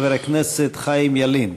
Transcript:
חבר הכנסת חיים ילין.